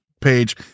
page